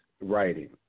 writing